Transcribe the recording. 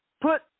put